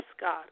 God